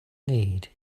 need